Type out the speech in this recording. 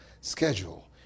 schedule